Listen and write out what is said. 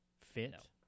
fit